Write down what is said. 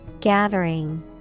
Gathering